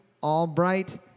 Albright